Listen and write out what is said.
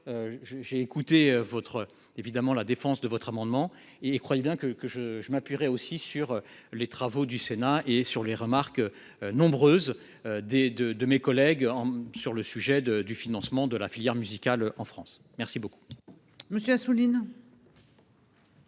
évidemment la défense de votre amendement et il croyait bien que que je je m'appuierai aussi sur les travaux du Sénat et sur les remarques nombreuses des de de mes collègues sur le sujet de du financement de la filière musicale en France merci beaucoup.